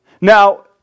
Now